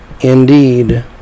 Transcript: indeed